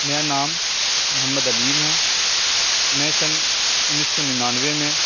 میرا نام محمد علیم ہے میں سن انّیس سو ننانوے میں